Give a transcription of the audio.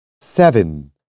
Seven